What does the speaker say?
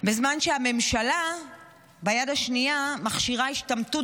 בזמן שהממשלה ביד השנייה מכשירה השתמטות